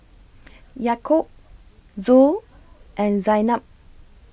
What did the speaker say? Yaakob Zul and Zaynab